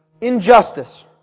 injustice